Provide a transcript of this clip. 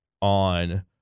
on